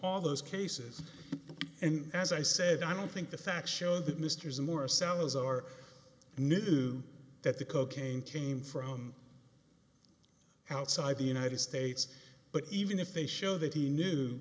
all those cases and as i said i don't think the facts show that mr zimmer salazar knew that the cocaine came from outside the united states but even if they show that he knew